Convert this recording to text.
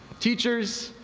teachers,